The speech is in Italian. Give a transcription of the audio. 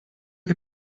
che